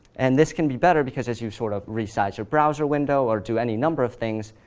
and this can be better because as you sort of resize your browser window or do any number of things,